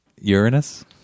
Uranus